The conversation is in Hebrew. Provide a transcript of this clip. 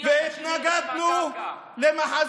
למי שייכת הקרקע?